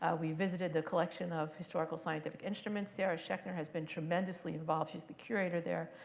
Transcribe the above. ah we visited the collection of historical scientific instruments. sara schechner has been tremendously involved, she's the curator there,